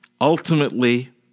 Ultimately